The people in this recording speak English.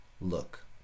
look